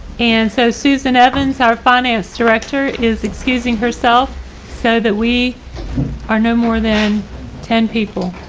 and so susan evans, our finance director is excusing herself so that we are no more than ten people.